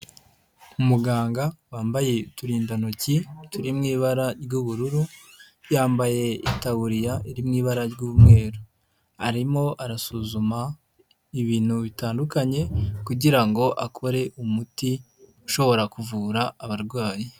Umuganga wambaye uturindantoki, turi mu ibara ry'ubururu, yambaye itaburiya iri mu ibara ry'umweru, arimo arasuzuma ibintu bitandukanye kugira ngo akore umuti, ushobora kuvura abarwayi.